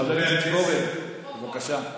חבר הכנסת פורר, בבקשה.